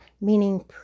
meaning